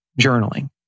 journaling